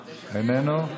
איננו,